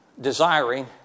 desiring